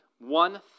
one